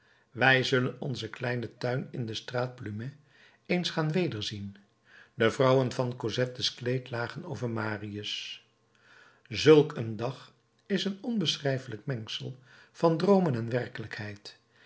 wij zullen onzen kleinen tuin in de straat plumet eens gaan wederzien de vouwen van cosettes kleed lagen over marius zulk een dag is een onbeschrijfelijk mengsel van droomen en werkelijkheid